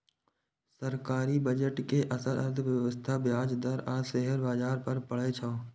सरकारी बजट के असर अर्थव्यवस्था, ब्याज दर आ शेयर बाजार पर पड़ै छै